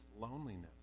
loneliness